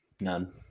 None